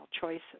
choices